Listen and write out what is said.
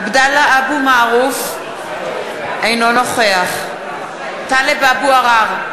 עבדאללה אבו מערוף, אינו נוכח טלב אבו עראר,